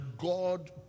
God